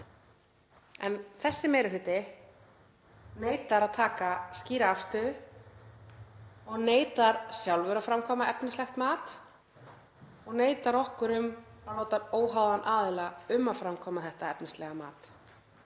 en þessi meiri hluti neitaði að taka skýra afstöðu og neitar sjálfur að framkvæma efnislegt mat og neitar okkur um að láta óháðan aðila framkvæma þetta efnislega mat.